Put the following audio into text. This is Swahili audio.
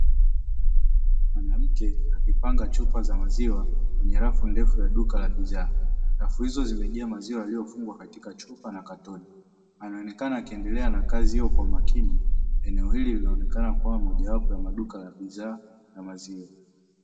Mwanamke akipanga chupa za maziwa kwenye rafu ndefu ya duka la bidhaa, rafu hizo zimejaa maziwa yaliyo fungwa katika chupa na katoni, anaonekana akiendelea na kazi hiyo kwa makini eneo hili linaonekana kuwa moja wapo ya bidhaa ya maziwa.